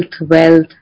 wealth